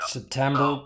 September